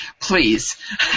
Please